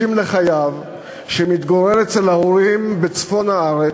לחייו שמתגורר אצל ההורים בצפון הארץ.